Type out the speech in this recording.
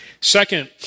Second